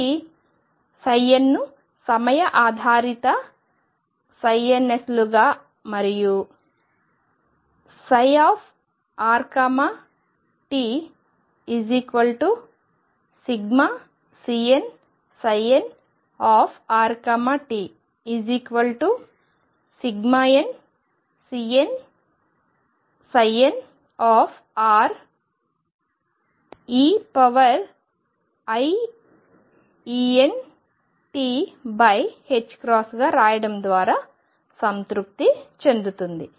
ఇది n ను సమయ ఆధారిత n's లుగా మరియు rt∑CnnrtnCnnre iEnt గా రాయడం ద్వారా సంతృప్తి చెందుతుంది